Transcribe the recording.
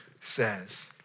says